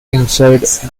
inside